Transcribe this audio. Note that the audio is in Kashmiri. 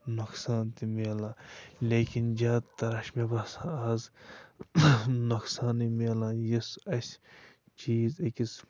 نۄقصان تہٕ میلان لیکِن زیادٕ تَر اَسہِ چھِ مےٚ باسان آز نۄقصانٕے میلان یُس اَسہِ چیٖز أکِس